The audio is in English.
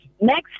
next